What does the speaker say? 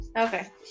Okay